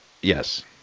Yes